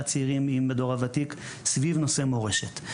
צעירים עם הדור הוותיק סביב נושא מורשת,